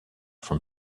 from